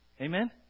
Amen